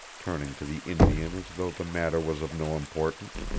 turning to the indian as though the matter was of no importance.